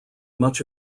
much